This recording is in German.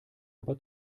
aber